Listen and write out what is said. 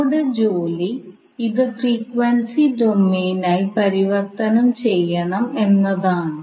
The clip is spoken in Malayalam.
നമ്മളുടെ ജോലി ഇത് ഫ്രീക്വൻസി ഡൊമെയ്നായി പരിവർത്തനം ചെയ്യണം എന്നതാണ്